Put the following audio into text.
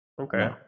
Okay